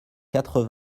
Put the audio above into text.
quatre